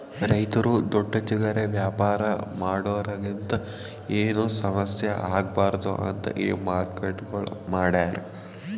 ರೈತುರು ದೊಡ್ಡ ಚಿಲ್ಲರೆ ವ್ಯಾಪಾರ ಮಾಡೋರಲಿಂತ್ ಏನು ಸಮಸ್ಯ ಆಗ್ಬಾರ್ದು ಅಂತ್ ಈ ಮಾರ್ಕೆಟ್ಗೊಳ್ ಮಾಡ್ಯಾರ್